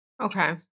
Okay